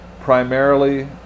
primarily